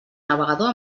navegador